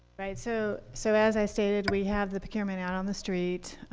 right. so so as i stated, we have the procurement out on the street.